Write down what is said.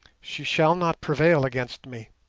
she shall not prevail against me.